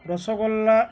rasgulla